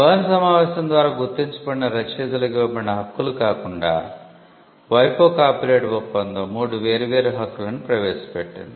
Bern సమావేశం ద్వారా గుర్తించబడిన రచయితలకు ఇవ్వబడిన హక్కులు కాకుండా WIPO కాపీరైట్ ఒప్పందం మూడు వేర్వేరు హక్కులను ప్రవేశపెట్టింది